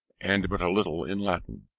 and but little in latin.